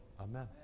Amen